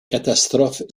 catastrophe